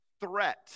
threat